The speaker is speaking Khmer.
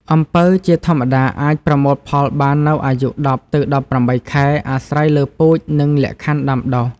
អំពៅជាធម្មតាអាចប្រមូលផលបាននៅអាយុ ១០ ទៅ ១៨ ខែ អាស្រ័យលើពូជ និងលក្ខខណ្ឌដាំដុះ។